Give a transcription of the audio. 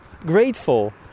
grateful